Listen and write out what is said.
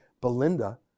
Belinda